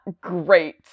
great